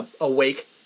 awake